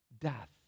death